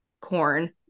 corn